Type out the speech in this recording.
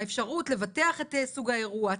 האפשרות לבטח את סוג האירוע,